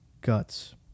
Guts